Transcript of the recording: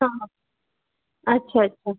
अच्छा अच्छा